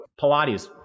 Pilates